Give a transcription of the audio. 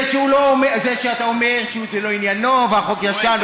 זה שאתה אומר שזה לא עניינו והחוק ישן,